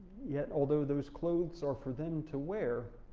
yet, although those clothes are for them to wear,